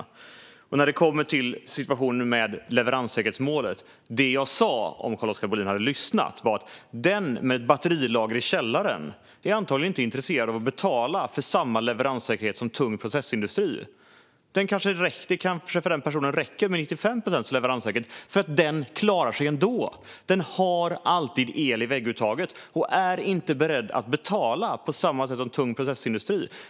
För det andra var det jag sa - vilket Carl-Oskar Bohlin hade vetat om han hade lyssnat - när det kommer till situationen med leveranssäkerhetsmålet att den som har batterilager i källaren antagligen inte är intresserad av att betala för samma leveranssäkerhet som tung processindustri. För den personen kanske det räcker med 95 procents leveranssäkerhet, för den klarar sig ändå. Den personen har alltid el i vägguttaget och är inte beredd att betala på samma sätt som tung processindustri.